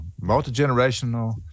multi-generational